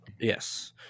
Yes